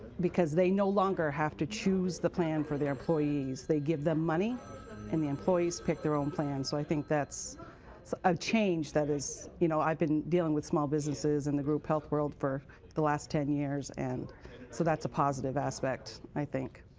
because they no longer have to choose the plan for their employees. they give them money and the employees pick their own plan, so i think that's a change that is you know, i've been dealing with small businesses and the group health world for the last ten years and so that is a positive aspect, i think.